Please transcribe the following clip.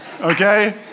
okay